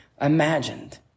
imagined